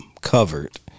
Covered